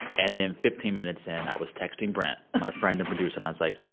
and then fifteen minutes in, i was texting brent, my friend and producer. and i was like,